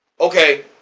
okay